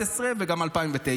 2011 וגם 2009,